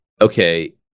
okay